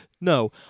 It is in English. no